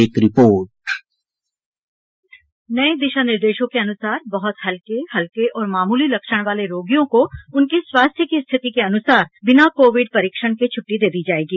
एक report byte नए दिशा निर्देशों के अनुसार बहुत हल्के हल्के और मामूली लक्षण वाले रोगियों को उनके स्वास्थ्य की स्थिति के अनुसार बिना कोविड परीक्षण के छुट्टी दे दी जाएगी